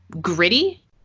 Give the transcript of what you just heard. gritty